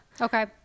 okay